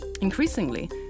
Increasingly